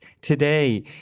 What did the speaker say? today